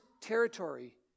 territory